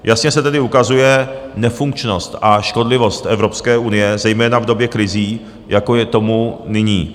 Jasně se tedy ukazuje nefunkčnost a škodlivost Evropské unie, zejména v době krizí, jako je tomu nyní.